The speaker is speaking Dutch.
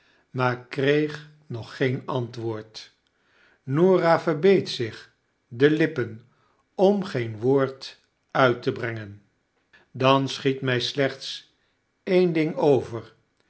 maar kreeg nog geen antwoord norah verbeet zich de lippen om geen woord uit te brengen dan schiet mij slechts een ding over